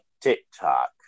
TikTok